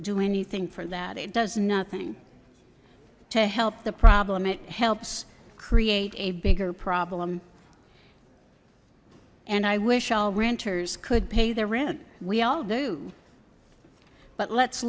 do anything for that it does nothing to help the problem it helps create a bigger problem and i wish all renters could pay the rent we all do but let's